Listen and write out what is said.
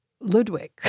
Ludwig